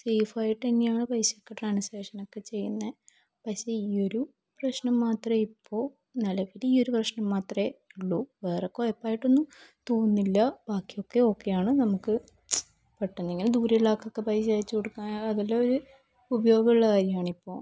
safe ആയിട്ട് തന്നെയാണ് പൈസ ഒക്കെ ട്രാൻസാക്ഷൻ ഒക്കെ ചെയ്യുന്നത് പക്ഷേ ഈ ഒരു പ്രശ്നം മാത്രമേ ഇപ്പോൾ നിലവിൽ ഈ ഒരു പ്രശ്നം മാത്രമേ ഉള്ളു വേറെ കുഴപ്പമായിട്ട് ഒന്നും തോന്നുന്നില്ല ബാക്കിയൊക്കെ ഓക്കേ ആണ് നമുക്ക് പെട്ടെന്ന് ഇങ്ങനെ ദൂരെയുള്ള ആൾക്കൊക്കെ പൈസ അയച്ചുകൊടുക്കാൻ അതെല്ലാം ഒരു ഉപയോഗമുള്ള കാര്യമാണ് ഇപ്പം